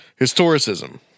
Historicism